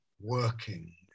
working